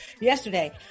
Yesterday